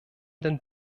den